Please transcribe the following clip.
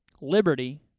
liberty